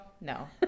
No